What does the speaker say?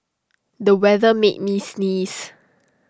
the weather made me sneeze